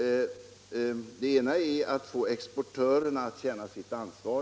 i alla möjliga sammanhang. Det gäller att få exportörerna att känna sitt ansvar.